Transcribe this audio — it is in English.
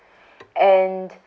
and